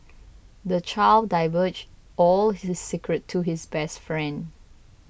the child divulged all his secrets to his best friend